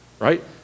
right